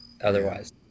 otherwise